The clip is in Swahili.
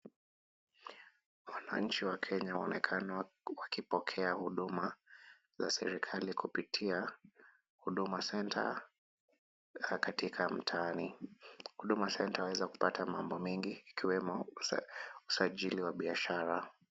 Wananchi wa Kenya waonekana wakipokea huduma za serikali kupitia huduma center na katika mtaani. Huduma center huweza kupata mambo mengi ikiwemo usajili wa biashara.